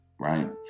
right